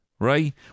right